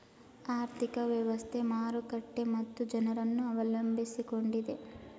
ಆರ್ಥಿಕ ವ್ಯವಸ್ಥೆ, ಮಾರುಕಟ್ಟೆ ಮತ್ತು ಜನರನ್ನು ಅವಲಂಬಿಸಿಕೊಂಡಿದೆ